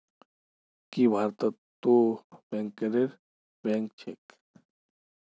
की भारतत तो बैंकरेर बैंक छेक